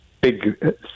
big